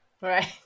right